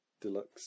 deluxe